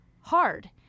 hard